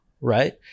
right